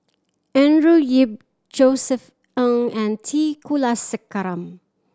Andrew Yip Josef Ng and T Kulasekaram